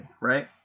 right